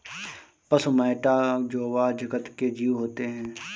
पशु मैटा जोवा जगत के जीव होते हैं